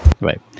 right